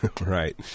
Right